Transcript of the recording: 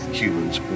humans